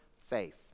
faith